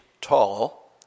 tall